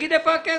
תגיד איפה הכסף.